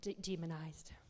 demonized